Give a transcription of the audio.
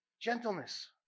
Gentleness